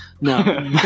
no